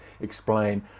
explain